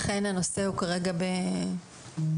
אכן הנושא כרגע בטיפול,